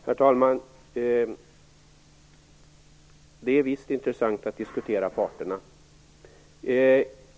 Herr talman! Det är visst intressant att diskutera parterna.